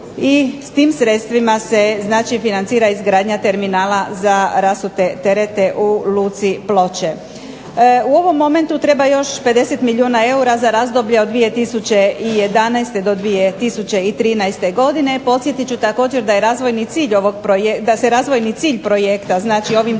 i s tim sredstvima se znači financira izgradnja terminala za rasute terete u luci Ploče. U ovom momentu treba još 50 milijuna eura za razdoblje od 2011. do 2013. godine, podsjetit ću također da je razvojni cilj, da se razvojni cilj